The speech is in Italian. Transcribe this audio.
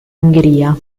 ungheria